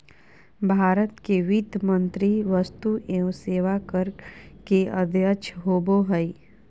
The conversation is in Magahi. भारत के वित्त मंत्री वस्तु एवं सेवा कर के अध्यक्ष होबो हइ